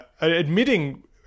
Admitting